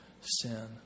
sin